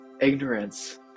ignorance